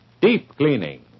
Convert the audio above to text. deep-cleaning